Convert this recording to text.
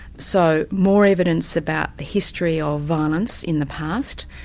so more evidence about the history of violence in the past,